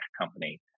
company